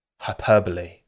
Hyperbole